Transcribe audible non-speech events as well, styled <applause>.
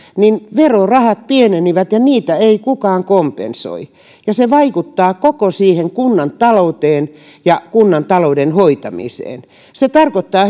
verorahat pienenivät ja niitä ei kukaan kompensoi ja se vaikuttaa koko siihen kunnan talouteen ja kunnan talouden hoitamiseen se tarkoittaa <unintelligible>